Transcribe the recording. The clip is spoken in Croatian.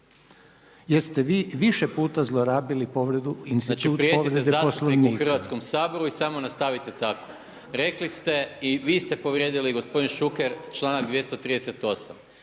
Jer ste vi više puta zlorabili povredu, institut povrede Poslovnika. **Maras, Gordan (SDP)** Znači prijetite zastupniku u Hrvatskom saboru i samo nastavite tako. Rekli ste i vi ste povrijedili i gospodin Šuker članak 238.